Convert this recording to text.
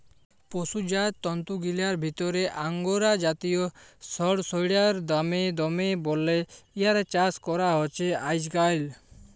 পসুজাত তন্তুগিলার ভিতরে আঙগোরা জাতিয় সড়সইড়ার দাম দমে বল্যে ইয়ার চাস করা হছে আইজকাইল